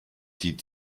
die